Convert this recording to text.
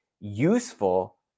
useful